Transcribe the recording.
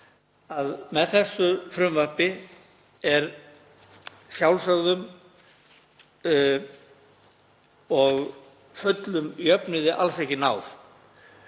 með þessu frumvarpi er sjálfsögðum og fullum jöfnuði alls ekki náð